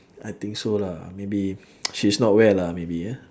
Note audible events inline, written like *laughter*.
I think so lah maybe *noise* she's not well ah maybe ah